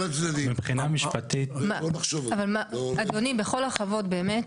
בכל הכבוד באמת,